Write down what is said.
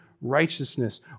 righteousness